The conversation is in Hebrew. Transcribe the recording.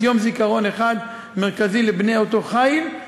יום זיכרון אחד מרכזי לבני אותו חיל.